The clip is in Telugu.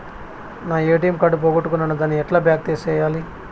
నా ఎ.టి.ఎం కార్డు పోగొట్టుకున్నాను, దాన్ని ఎట్లా బ్లాక్ సేయాలి?